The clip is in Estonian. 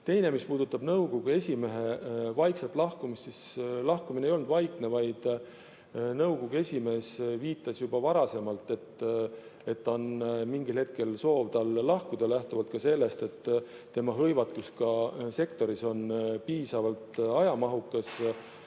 Teiseks, mis puudutab nõukogu esimehe vaikset lahkumist, siis lahkumine ei olnud vaikne, vaid nõukogu esimees viitas juba varem, et tal on mingil hetkel soov lahkuda lähtuvalt sellest, et tema hõivatus ka sektoris on piisavalt ajamahukas